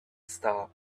stop